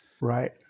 Right